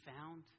found